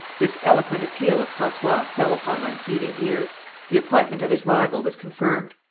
this eloquent appeal of francois fell upon unheeding ears the appointment of his rival was confirmed.